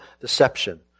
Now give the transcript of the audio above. deception